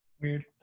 Weird